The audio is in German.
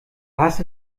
hast